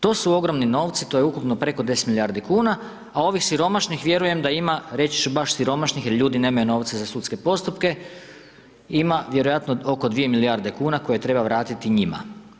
To su ogromni novci, to je ukupno preko 10 milijardi kuna, a ovih siromašnih, vjerujem da ima, reći ću baš siromašnih jer ljudi nemaju novca za sudske postupke, ima vjerojatno oko 2 milijarde kuna koje treba vratiti njima.